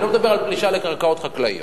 אני לא מדבר על פלישה לקרקעות חקלאיות.